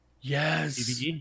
Yes